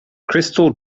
crystal